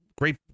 great